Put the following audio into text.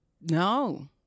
No